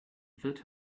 filled